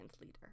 leader